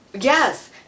Yes